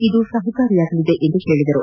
ಇದು ಸಹಕಾರಿಯಾಗಲಿದೆ ಎಂದರು